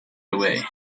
away